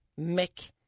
Mick